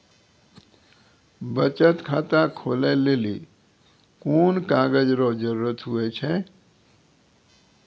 बचत खाता खोलै लेली कोन कागज रो जरुरत हुवै छै?